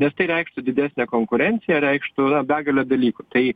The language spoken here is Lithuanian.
nes tai reikštų didesnę konkurenciją reikštų na begalę dalykų tai